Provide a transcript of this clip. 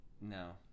No